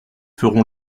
feront